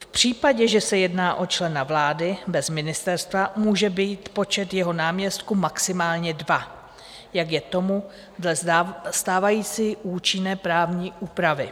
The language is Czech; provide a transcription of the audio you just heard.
V případě, že se jedná o člena vlády bez ministerstva, může být počet jeho náměstků maximálně dva, jak je tomu dle stávající účinné právní úpravy.